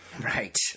Right